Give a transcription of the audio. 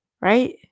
right